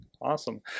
Awesome